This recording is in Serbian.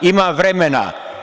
Ima vremena.